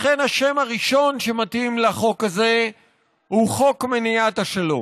לכן השם הראשון שמתאים לחוק הזה הוא חוק מניעת השלום,